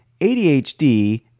ADHD